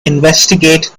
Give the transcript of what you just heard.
investigate